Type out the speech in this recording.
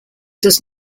does